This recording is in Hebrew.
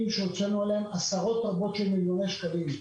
שהוצאנו עליהם עשרות רבות של מיליוני שקלים,